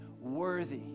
worthy